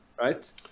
right